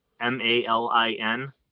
M-A-L-I-N